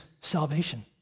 salvation